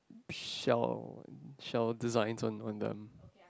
shell and shell designs on on them